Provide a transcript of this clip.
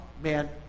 man